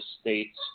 State's